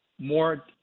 more